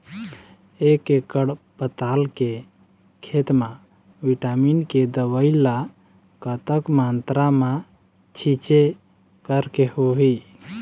एक एकड़ पताल के खेत मा विटामिन के दवई ला कतक मात्रा मा छीचें करके होही?